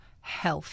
Health